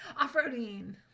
Off-roading